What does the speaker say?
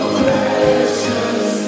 precious